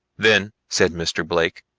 then, said mr. blake,